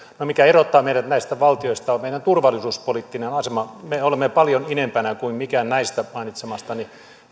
no se mikä erottaa meidät näistä valtioista on meidän turvallisuuspoliittinen asema me olemme paljon idempänä kuin mikään näistä mainitsemistani